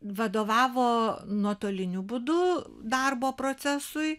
vadovavo nuotoliniu būdu darbo procesui